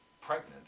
pregnant